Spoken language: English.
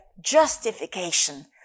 justification